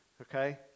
okay